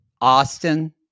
Austin